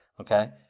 okay